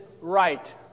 right